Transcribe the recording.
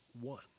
one